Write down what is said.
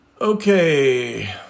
Okay